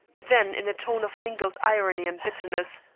then in a tone of mingled irony and bitterness,